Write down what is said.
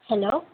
hello